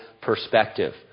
perspective